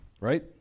Right